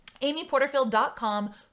amyporterfield.com